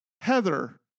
Heather